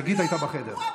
שגית הייתה בחדר.